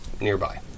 nearby